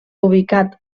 ubicat